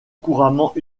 couramment